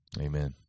Amen